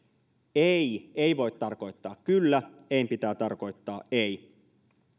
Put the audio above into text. ei ei voi tarkoittaa kyllä ein pitää tarkoittaa ei